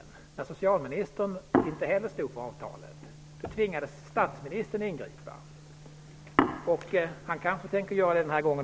Inte heller då ville socialministern stå fast vid avtalet. Statsministern tvingades ingripa, och det tänker han kanske göra också den här gången.